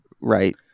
right